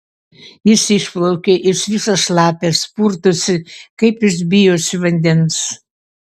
jis išplaukė jis visas šlapias purtosi kaip jis bijosi vandens